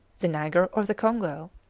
the niger, or the congo?